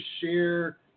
share